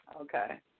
Okay